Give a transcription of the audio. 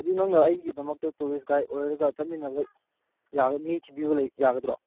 ꯑꯗꯨ ꯅꯪꯅ ꯑꯩꯒꯤꯗꯃꯛꯇ ꯇꯨꯔꯤꯁ ꯒꯥꯏꯗ ꯑꯣꯏꯔꯒ ꯆꯠꯃꯤꯟꯅꯕ ꯃꯤ ꯊꯤꯕꯤꯕ ꯌꯥꯒꯗ꯭ꯔꯣ